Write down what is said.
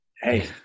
Hey